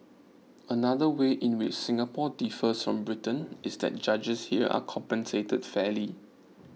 another way in which Singapore differs from Britain is that judges here are compensated fairly